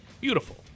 beautiful